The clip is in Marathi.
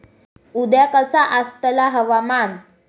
उद्या कसा आसतला हवामान?